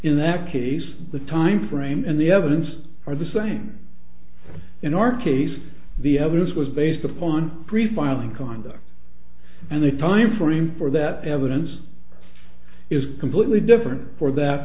in that case the timeframe and the evidence are the same in our case the evidence was based upon pre filing conduct any timeframe for that evidence is completely different for that